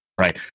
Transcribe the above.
right